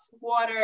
water